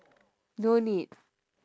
no need